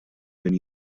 minn